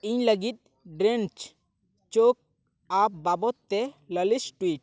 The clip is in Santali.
ᱤᱧ ᱞᱟᱹᱜᱤᱫ ᱰᱨᱮᱧᱪ ᱪᱮᱠ ᱟᱯ ᱵᱟᱵᱚᱛ ᱛᱮ ᱞᱟᱹᱞᱤᱥ ᱴᱩᱭᱤᱴ